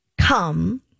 Come